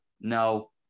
no